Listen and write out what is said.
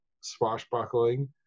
swashbuckling